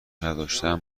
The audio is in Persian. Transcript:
نداشتن